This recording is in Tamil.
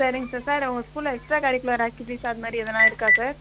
சரிங்க சார் சார் உங்கள் ஸ்கூலில் எக்ஸ்ட்ரா கரிக்குலர் ஆக்டிவிட்டிஸ் அது மாரி எதனா இருக்கா சார்